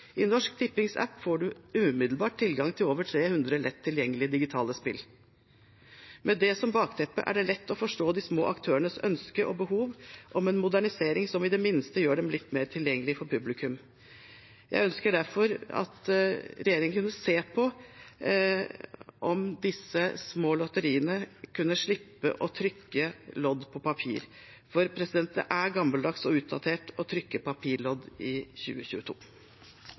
I Norsk Tippings app får man umiddelbart tilgang til over 300 lett tilgjengelige digitale spill. Med det som bakteppe er det lett å forstå de små aktørenes ønske og behov om en modernisering som i det minste gjør dem litt mer tilgjengelig for publikum. Jeg ønsker derfor at regjeringen ser på om disse små lotteriene kan slippe å trykke lodd på papir, for det er gammeldags og utdatert å trykke papirlodd i 2022.